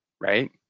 right